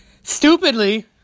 Stupidly